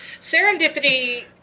Serendipity